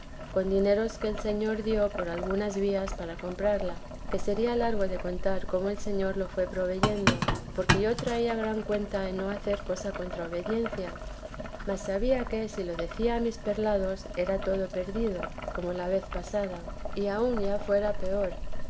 con dineros que el señor dio por algunas vías para comprarla que sería largo de contar cómo el señor lo fué proveyendo porque yo traía gran cuenta en no hacer cosa contra la obediencia mas sabía que si se lo decía a mis perlados era todo perdido como la vez pasada y aun ya fuera peor